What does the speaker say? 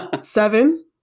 Seven